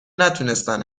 نتونستن